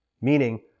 Meaning